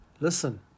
Listen